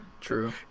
True